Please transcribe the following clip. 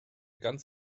ganz